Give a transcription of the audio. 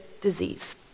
disease